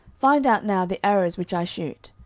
find out now the arrows which i shoot.